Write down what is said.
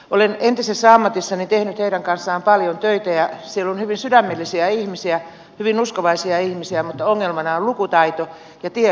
olen entisessä ammatissani tehnyt heidän kanssaan paljon töitä ja siellä on hyvin sydämellisiä ihmisiä hyvin uskovaisia ihmisiä mutta ongelmana on lukutaito ja tiedon puute